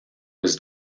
was